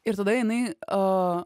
ir tada jinai o